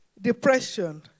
depression